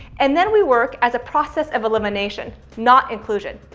and then we work as a process of elimination. not inclusion.